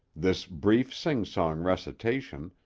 this brief, sing-song recitation,